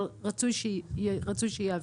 אבל רצוי שיהווה.